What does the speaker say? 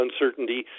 uncertainty